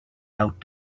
out